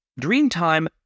Dreamtime